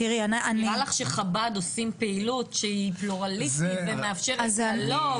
נראה לך שחב"ד עושים פעילות שהיא פלורליסטית ומאפשרת דיאלוג?